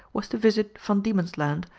was to visit van diemen's land,